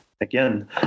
again